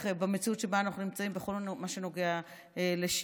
במציאות שבה אנחנו נמצאים בכל מה שנוגע לשוויון.